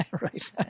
Right